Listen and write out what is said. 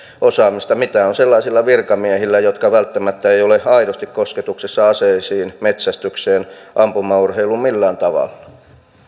osaamista kuin sellaisilla virkamiehillä jotka välttämättä eivät ole aidosti kosketuksissa aseisiin metsästykseen ampumaurheiluun millään tavalla